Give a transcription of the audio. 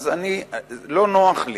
אז אני, לא נוח לי.